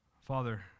Father